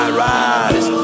rise